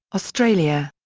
australia.